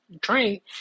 drink